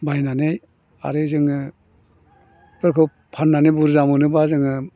बायनानै आरो जोङो बेफोरखौ फाननानै बुरजा मोनोबा जोङो